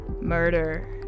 murder